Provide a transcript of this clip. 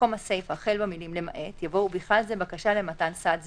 במקום הסיפה החל במילה "למעט" יבוא "ובכלל זה בקשה למתן סעד זמני,